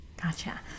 Gotcha